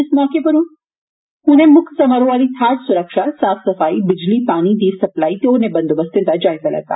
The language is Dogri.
इस मौके उनें मुक्ख समारोह आहली थाहर सुरक्षा साफ सफाई बिजली पानी दी सप्लाई ते होरनें बंदोबस्तें दा जायजा लैता